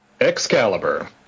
Excalibur